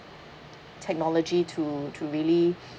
technology to to really